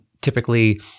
typically